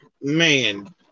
man